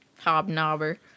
Hobnobber